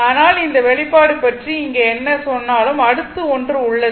ஆனால் இந்த வெளிப்பாடு பற்றி இங்கே என்ன சொன்னாலும் அடுத்து ஒன்று உள்ளது